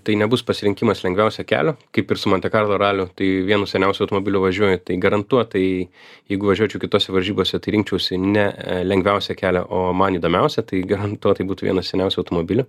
tai nebus pasirinkimas lengviausio kelio kaip ir su monte karlo raliu tai vienu seniausių automobilių važiuoju tai garantuotai jeigu važiuočiau kitose varžybose tai rinkčiausi ne e lengviausią kelią o man įdomiausia tai garantuotai būtų vienas seniausių automobilių